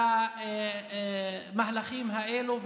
למהלכים האלו,